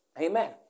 Amen